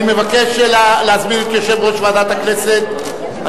אני מבקש להזמין את יושב-ראש ועדת הכנסת על